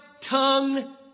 tongue